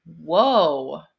Whoa